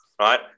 right